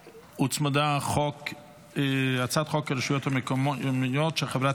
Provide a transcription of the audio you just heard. הוצמדה הצעת חוק הרשויות המקומיות של חברי